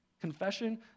Confession